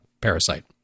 Parasite